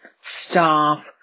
staff